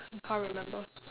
can't remember